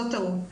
זאת טעות.